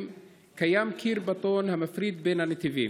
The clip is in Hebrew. בבקשה.